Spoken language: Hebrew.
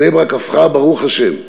בני-ברק הפכה, ברוך השם,